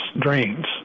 drains